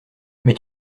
mais